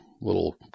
little